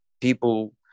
people